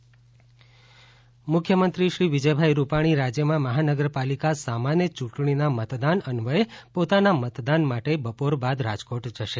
મુખ્યમંત્રી મુખ્યમંત્રી શ્રી વિજયભાઇ રૂપાણી રાજ્યમાં મહાનગરપાલિકા સામાન્ય યૂંટણીના મતદાન અન્વયે પોતાના મતદાન માટે બપોર બાદ રાજકોટ જશે